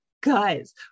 guys